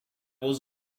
was